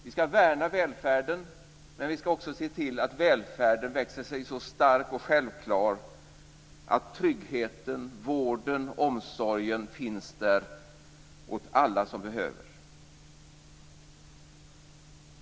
Vi ska värna välfärden, men vi ska också se till att välfärden växer sig så stark och självklar att tryggheten, vården och omsorgen finns där åt alla som behöver.